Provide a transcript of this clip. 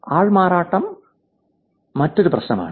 ആൾമാറാട്ടം ആൾമാറാട്ടവും മറ്റൊരു പ്രശ്നമാണ്